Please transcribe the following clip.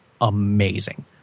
amazing